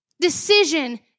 decision